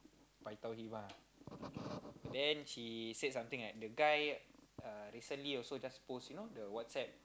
paitao him lah and then she say the guy recently also just post you know the WhatsApp